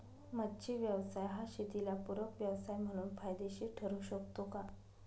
मच्छी व्यवसाय हा शेताला पूरक व्यवसाय म्हणून फायदेशीर ठरु शकतो का?